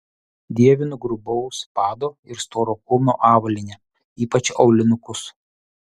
dievinu grubaus pado ir storo kulno avalynę ypač aulinukus